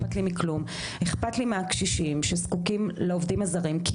אכפת לי מהקשישים שזקוקים לעובדים הזרים כי